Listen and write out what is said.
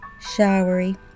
Showery